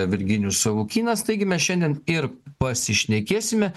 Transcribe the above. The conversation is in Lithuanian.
virginijus savukynas taigi mes šiandien ir pasišnekėsime